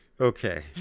okay